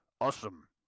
awesome